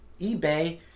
eBay